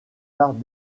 arts